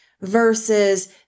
versus